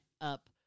up